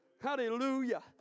Hallelujah